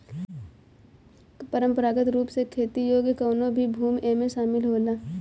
परंपरागत रूप से खेती योग्य कवनो भी भूमि एमे शामिल होला